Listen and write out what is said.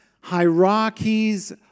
hierarchies